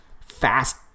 fast